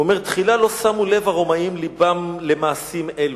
הוא אומר: "תחילה לא שמו הרומאים לבם למעשים אלו".